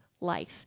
life